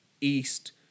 east